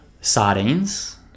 sardines